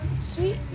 Sweet